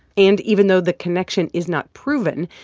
and even though the connection is not proven,